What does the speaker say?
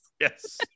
yes